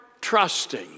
trusting